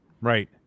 right